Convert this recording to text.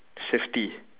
safety